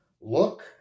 look